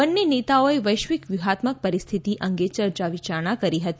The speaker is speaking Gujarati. બંને નેતાઓએ વૈશ્વિક વ્યૂહાત્મક પરિસ્થિતિ અંગે ચર્ચા વિચારણા કરી હતી